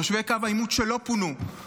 תושבי קו העימות שלא פונו,